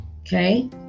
Okay